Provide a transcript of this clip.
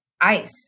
ice